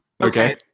Okay